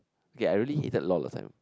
okay I really hated lol last time